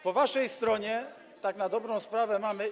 Po waszej stronie tak na dobrą sprawę mamy.